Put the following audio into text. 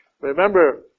Remember